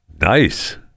Nice